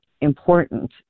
important